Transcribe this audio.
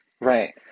right